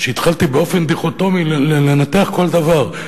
שהתחלתי באופן דיכוטומי לנתח כל דבר,